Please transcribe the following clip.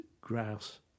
grouse